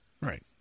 Right